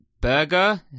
Burger